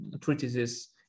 treatises